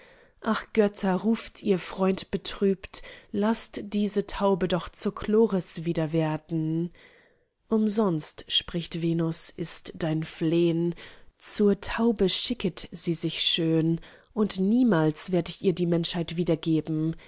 ach götter ruft ihr freund betrübt laßt diese taube doch zur chloris wieder werden umsonst spricht venus ist dein flehn zur taube schicket sie sich schön und niemals werd ich ihr die menschheit wiedergeben